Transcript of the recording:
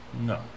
No